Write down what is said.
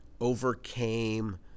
overcame